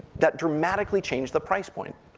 that dramatically change the price point.